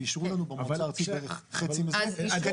ואישרו לנו במועצה הארצית בערך חצי מהשליש.